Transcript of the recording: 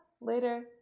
Later